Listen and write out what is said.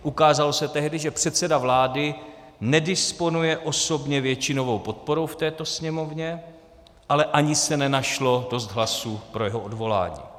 Ukázalo se tehdy, že předseda vlády nedisponuje osobně většinovou podporou v této Sněmovně, ale ani se nenašlo dost hlasů pro jeho odvolání.